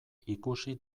ikusi